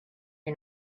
you